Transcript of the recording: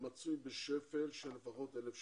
מצוי בשפל של לפחות אלף שנה.